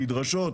הנדרשות,